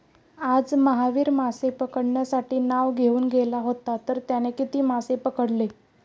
आज महावीर मासे पकडण्यासाठी नाव घेऊन गेला होता तर त्याने किती मासे पकडले?